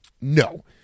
No